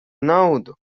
naudu